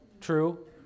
true